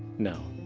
no.